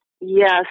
yes